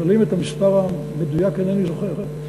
את המספר המדויק אינני זוכר,